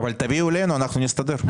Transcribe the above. תביאו אלינו, אנחנו נסתדר.